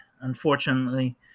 unfortunately